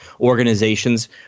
organizations